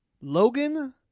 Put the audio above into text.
Logan